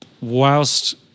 whilst